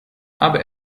aber